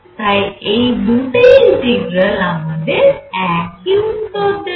তাই এই দুটি ইন্টিগ্রাল আমাদের একই উত্তর দেবে